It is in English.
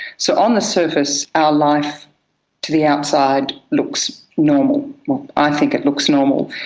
so on the surface our life to the outside looks normal i think it looks normal.